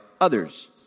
others